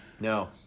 no